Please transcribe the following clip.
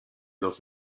dos